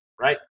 right